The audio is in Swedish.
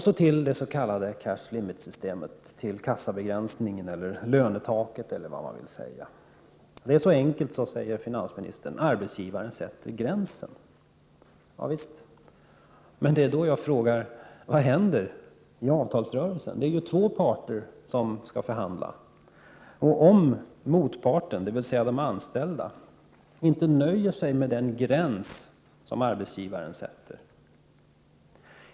Så till det s.k. cash limits-systemet, dvs. kassabegränsningen, lönetaket — eller vad man vill kalla det. Det är så enkelt, säger finansministern: Arbetsgivaren sätter gränsen. Ja visst! Men då frågar jag: Vad händer i avtalsrörelsen, om motparten, dvs. de anställda, inte nöjer sig med den gräns som arbetsgivaren sätter?